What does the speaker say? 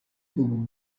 ubu